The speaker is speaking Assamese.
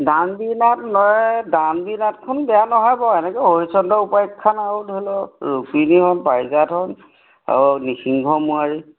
দানবীৰ নাট নহয় দানবীৰ নাটখন বেয়া নহয় বাৰু এনেকে হৰিচন্দ্ৰ উপাখ্যান আৰু ধৰি লওক ৰুক্মিনী হৰণ পাৰিজাত হৰণ আৰু নিসিংহ মৱাৰি